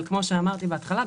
כמו שאמרתי בהתחלה,